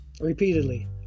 Repeatedly